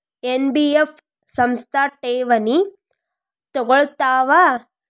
NBF ಸಂಸ್ಥಾ ಠೇವಣಿ ತಗೋಳ್ತಾವಾ?